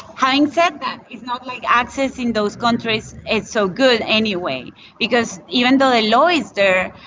having said that, it's not like access in those countries is so good anyway because even though the law is there,